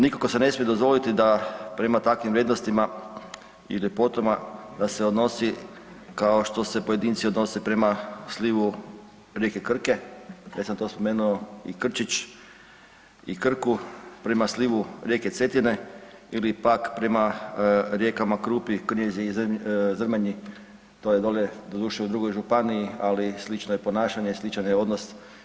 Nikako se ne smije dozvoliti da prema takvim vrijednostima i ljepotama da se odnosi kao što se pojedinci odnose prema slivu rijeke Krke, već sam to spomenuo i Krčić i Krku prema slivu rijeke Cetine ili pak prema rijekama Krupi, Krnjizi i Zrmanji to je dole doduše u drugoj županiji, ali slično je ponašanje, sličan je odnos.